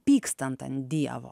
pykstant ant dievo